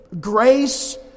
grace